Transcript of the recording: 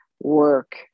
work